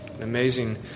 Amazing